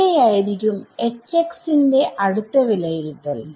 എവിടെ ആയിരിക്കും ന്റെ അടുത്ത വിലയിരുത്തൽ